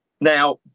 Now